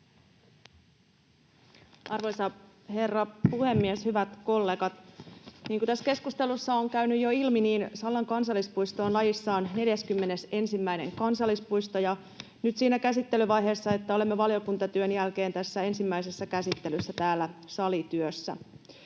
Arvoisa herra puhemies! Hyvät kollegat! Niin kuin tässä keskustelussa on käynyt jo ilmi, niin Sallan kansallispuisto on lajissaan 41. kansallispuisto ja nyt siinä käsittelyvaiheessa, että olemme valiokuntatyön jälkeen tässä ensimmäisessä käsittelyssä täällä salityössä.